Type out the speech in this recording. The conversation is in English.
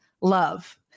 love